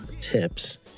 tips